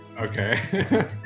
Okay